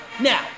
Now